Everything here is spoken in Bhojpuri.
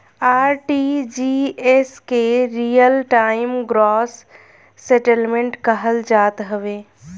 आर.टी.जी.एस के रियल टाइम ग्रॉस सेटेलमेंट कहल जात हवे